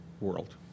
world